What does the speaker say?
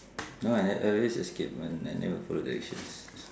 no I I always escape [one] I never follow directions